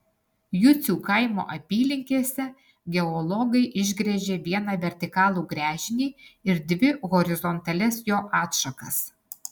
jucių kaimo apylinkėse geologai išgręžė vieną vertikalų gręžinį ir dvi horizontalias jo atšakas